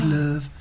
love